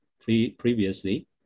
previously